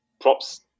props